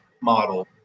model